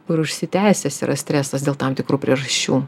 kur užsitęsęs yra stresas dėl tam tikrų priežasčių